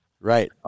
Right